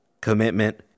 commitment